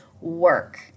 work